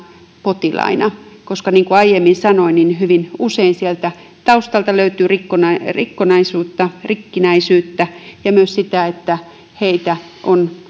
potilaina koska niin kuin aiemmin sanoin hyvin usein sieltä taustalta löytyy rikkonaisuutta rikkinäisyyttä ja myös sitä että heitä on